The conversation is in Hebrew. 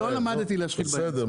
לא למדתי להשחיל באמצע.